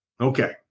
Okay